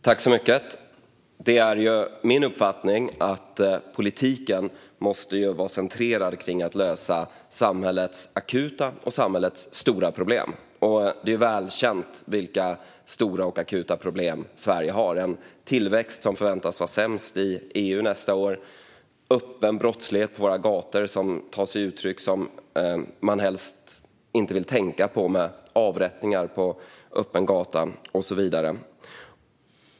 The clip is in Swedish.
Herr talman! Det är min uppfattning att politiken måste vara centrerad kring att lösa samhällets akuta och stora problem. Det är väl känt vilka stora och akuta problem Sverige har: en tillväxt som förväntas vara sämst i EU nästa år och öppen brottslighet på våra gator som tar sig uttryck som man helst inte vill tänka på, med avrättningar på öppen gata och så vidare.